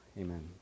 Amen